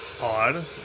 odd